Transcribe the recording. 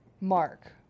Mark